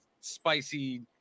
spicy